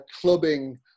clubbing